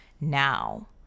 now